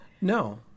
No